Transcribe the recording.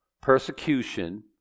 persecution